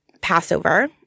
Passover